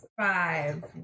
five